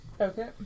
Okay